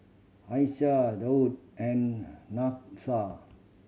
Aisyah Daud and